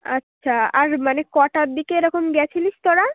আচ্ছা আর মানে কটার দিকে এরকম গেছিলিস তোরা